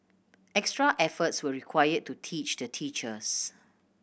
extra efforts were required to teach the teachers